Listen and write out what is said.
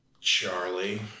Charlie